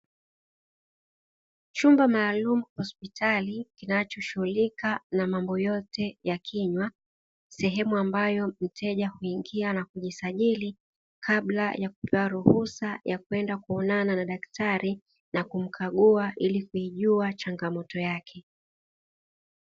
Chumba maalumu hospitali kinachoshughulika na mambo yote ya kinywa, sehemu ambayo mteja uingia na kujisajili kabla ya kupewa ruhusa ya kwenda kuonana na daktari na kumkagua ili kuijua changamoto yake.